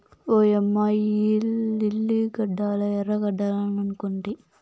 ఓయమ్మ ఇయ్యి లిల్లీ గడ్డలా ఎర్రగడ్డలనుకొంటి